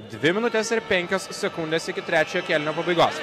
dvi minutės ir penkios sekundės iki trečiojo kėlinio pabaigos